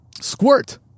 Squirt